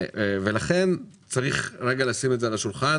לכן צריך לשים את זה על השולחן